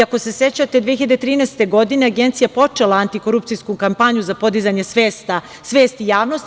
Ako se sećate, 2013. godine, Agencija je počela anti korupcijsku kampanju za podizanje svesti javnosti.